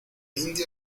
indio